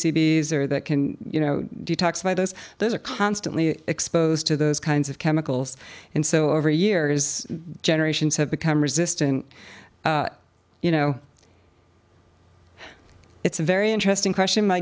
zur that can you know detoxify those those are constantly exposed to those kinds of chemicals and so over the years generations have become resistant you know it's a very interesting question